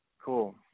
Cool